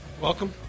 Welcome